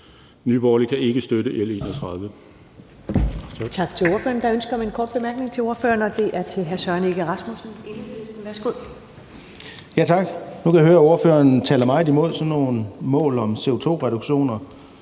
Nye Borgerlige kan ikke støtte L 31.